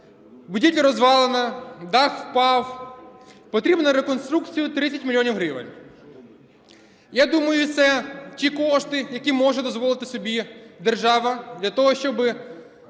Будівля розвалена, дах впав. Потрібно на реконструкцію 30 мільйонів гривень. Я думаю, це ті кошти, які може дозволити собі держава для того, щоб